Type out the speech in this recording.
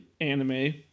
anime